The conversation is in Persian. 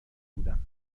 بودم